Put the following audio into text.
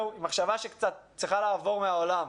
צריכה לעבור מהעולם.